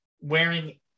wearing